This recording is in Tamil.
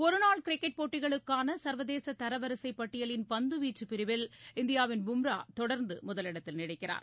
ஒரு நாள் கிரிக்கெட் போட்டிகளுக்கான சர்வதேச தரவரிசை பட்டியலின் பந்து வீச்சு பிரிவில் இந்தியாவின் பூம்ரா தொடர்ந்து முதலிடத்தில் நீடிக்கிறார்